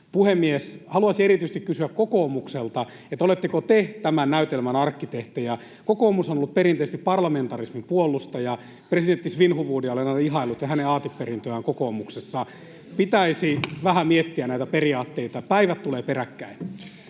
Puhemies! Haluaisin kysyä erityisesti kokoomukselta, oletteko te tämän näytelmän arkkitehtejä. Kokoomus on ollut perinteisesti parlamentarismin puolustaja. Presidentti Svinhufvudia ja hänen aateperintöään kokoomuksessa olen aina ihaillut. Pitäisi vähän miettiä näitä periaatteita. Päivät tulevat peräkkäin.